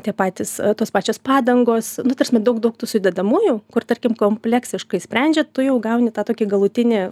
tie patys tos pačios padangos nu ta prasme daug daug tų sudedamųjų kur tarkim kompleksiškai sprendžia tu jau gauni tą tokį galutinį